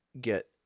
get